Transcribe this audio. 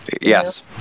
Yes